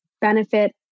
benefit